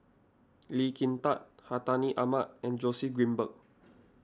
Lee Kin Tat Hartinah Ahmad and Joseph Grimberg